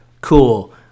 cool